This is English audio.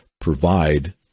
provide